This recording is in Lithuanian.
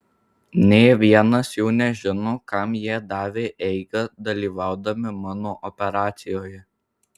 nė vienas jų nežino kam jie davė eigą dalyvaudami mano operacijoje